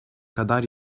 kadar